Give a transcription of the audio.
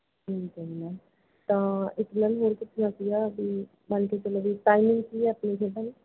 ਠੀਕ ਆ ਮੈਮ ਤਾਂ ਇੱਕ ਮੈਮ ਇਹ ਪੁੱਛਣਾ ਸੀਗਾ ਵੀ ਮੰਨ ਕੇ ਚੱਲੋ ਵੀ ਟਾਈਮਿੰਗ ਕੀ ਆ ਆਪਣੀ ਖੇਡਾਂ ਦੀ